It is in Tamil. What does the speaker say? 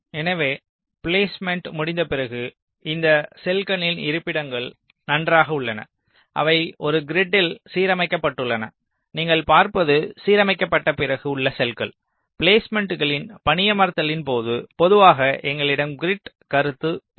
எனவே பிலேஸ்மேன்ட் முடிந்த பிறகு இந்த செல்களின் இருப்பிடங்கள் நன்றாக உள்ளன அவை ஒரு கிரிட்டில் சீரமைக்கப்பட்டுள்ளன நீங்கள் பார்பது சீரமைக்கப்பட்ட பிறகு உள்ள செல்கள் பிலேஸ்மேன்ட்களின் பணியமர்த்தலின் போது பொதுவாக எங்களிடம் கிரிட் கருத்து இல்லை